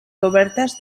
cobertes